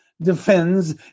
defends